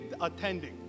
attending